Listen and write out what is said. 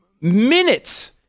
minutes